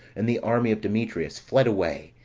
and the army of demetrius fled away,